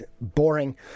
boring